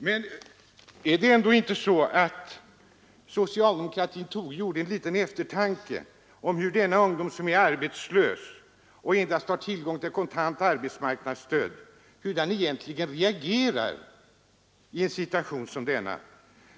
Men hyser inte socialdemokratin en liten eftertanke till hur denna ungdom, som är arbetslös och endast har tillgång till kontant arbetsmarknadsstöd, reagerar i en situation som denna?